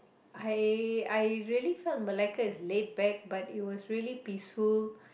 I I really felt Malacca is laid back but it was really peaceful